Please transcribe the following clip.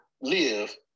live